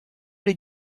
les